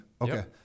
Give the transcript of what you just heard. Okay